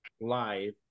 live